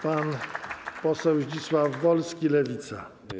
Pan poseł Zdzisław Wolski, Lewica.